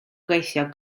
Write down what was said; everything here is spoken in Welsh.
gweithio